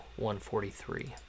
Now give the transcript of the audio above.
143